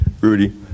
Rudy